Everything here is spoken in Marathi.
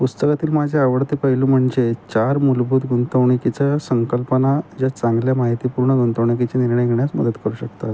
पुस्तकातील माझे आवडते पैलू म्हणजे चार मूलभूत गुंतवणकीच्या संकल्पना ज्या चांगल्या माहितीपूर्ण गुंतवणुकीचे निर्णय घेण्यास मदत करू शकतात